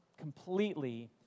completely